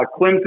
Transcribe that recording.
Clemson